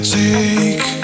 take